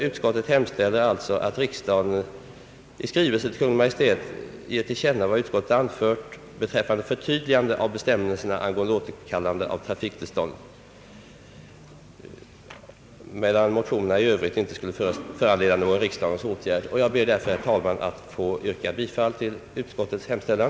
Utskottet hemställer alltså att riksdagen i skrivelse till Kungl. Maj:t ger till känna vad utskottet anfört beträffande förtydligandet av bestämmelserna angående återkallelse av trafiktillstånd, medan motionerna i övrigt inte föreslås föranleda någon riksdagens åtgärd. Jag ber därför, herr talman, att få yrka bifall till utskottets hemställan.